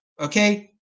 okay